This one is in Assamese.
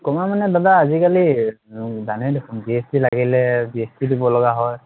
কমাই মানে দাদা আজিকালি জানেই দেখোন জি এছ টি লাগিলে জি এছ টি দিব লগা হয়